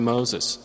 Moses